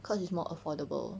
courts is more affordable